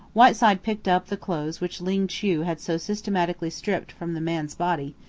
whiteside picked up the clothes which ling chu had so systematically stripped from the man's body,